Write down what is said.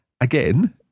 Again